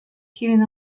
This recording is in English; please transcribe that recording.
hidden